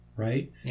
right